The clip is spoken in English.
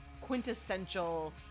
quintessential